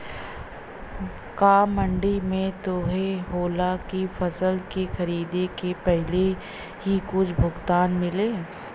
का मंडी में इहो होला की फसल के खरीदे के पहिले ही कुछ भुगतान मिले?